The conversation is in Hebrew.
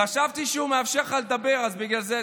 חשבתי שהוא מאפשר לך לדבר, בגלל זה.